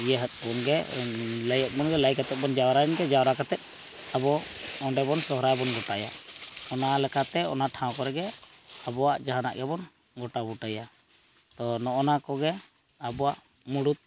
ᱤᱭᱟᱹ ᱦᱟᱫ ᱵᱚᱱᱜᱮ ᱞᱟᱹᱭᱟᱫ ᱵᱚᱱᱜᱮ ᱞᱟᱹᱭ ᱠᱟᱛᱮᱫ ᱵᱚᱱ ᱡᱟᱣᱨᱟᱭᱮᱱ ᱜᱮ ᱡᱟᱣᱨᱟ ᱠᱟᱛᱮᱫ ᱟᱵᱚ ᱚᱸᱰᱮᱵᱚᱱ ᱥᱚᱦᱨᱟᱭ ᱵᱚᱱ ᱜᱚᱴᱟᱭᱟ ᱚᱱᱟ ᱞᱮᱠᱟᱛᱮ ᱚᱱᱟ ᱴᱷᱟᱶ ᱠᱚᱨᱮᱜᱮ ᱟᱵᱚᱣᱟᱜ ᱡᱟᱦᱟᱱᱟᱜ ᱜᱮᱵᱚᱱ ᱜᱚᱴᱟ ᱵᱩᱴᱟᱹᱭᱟ ᱛᱚ ᱱᱚᱜᱼᱚ ᱱᱚᱣᱟ ᱠᱚᱜᱮ ᱟᱵᱚᱣᱟᱜ ᱢᱩᱲᱩᱫ